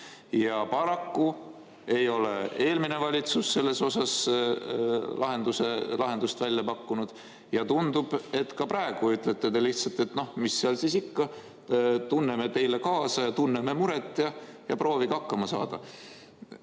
Paraku ei ole eelmine valitsus selleks lahendust välja pakkunud ja tundub, et ka praegu ütlete te lihtsalt, et no mis seal siis ikka, tunneme teile kaasa ja tunneme muret ja proovige hakkama saada.